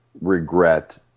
regret